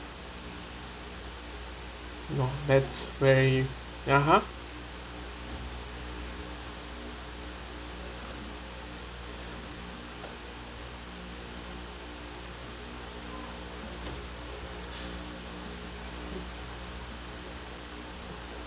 !wah! that's very (uh huh)